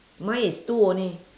mine is two only